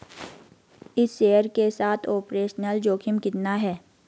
इस शेयर के साथ ऑपरेशनल जोखिम कितना है?